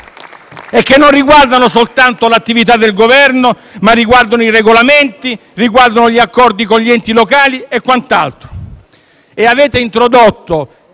e che non riguardano soltanto l'attività del Governo, ma i regolamenti, gli accordi con gli enti locali e quant'altro.